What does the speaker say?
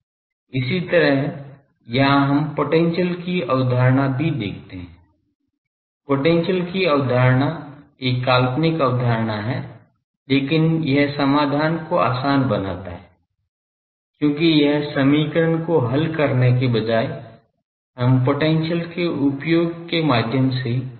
इसी तरह यहां हम पोटेंशियल की अवधारणा भी देखते हैं पोटेंशियल की अवधारणा एक काल्पनिक अवधारणा है लेकिन यह समाधान को आसान बनाता है क्योंकि यह समीकरण को हल करने के बजाय हम पोटेंशियल के उपयोग के माध्यम से हल करते हैं